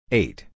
eight